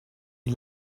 wie